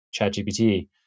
ChatGPT